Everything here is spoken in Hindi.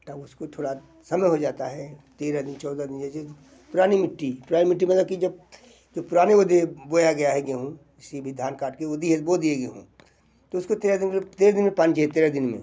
तब उसको थोड़ा समय हो जाता है तेरह दिन चौदह दिन जैसे पुरानी मिट्टी पुरानी मिट्टी मतलब कि जब जो पुरानी ओदी है बोया गया है गेहूँ इसी भी धान काट के ओदी है बो दिए गेहूँ तो उसको तेरह दिन के लिए तेरह दिन में पानी चाहिए तेरह दिन में